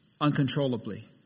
uncontrollably